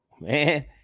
man